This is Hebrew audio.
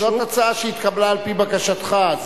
זאת הצעה שהתקבלה על-פי בקשתך.